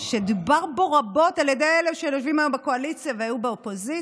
שדובר בו רבות על ידי אלה שיושבים היום בקואליציה והיו באופוזיציה,